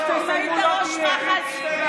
זה אצטלה.